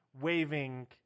waving